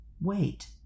wait